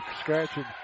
Scratching